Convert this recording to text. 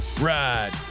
ride